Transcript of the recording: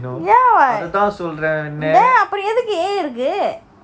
ya [what] then அதுக்கு அப்புறம் ஏன்:athuku apram yean A இருக்கு:iruku